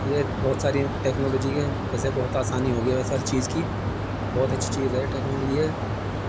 یہ بہت ساری ٹیکنالوجی کے ویسے بہت آسانی ہو گئی ہے ہر چیز کی بہت اچھی چیز ہے ٹیکنوج یہ